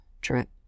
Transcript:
drip